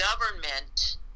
government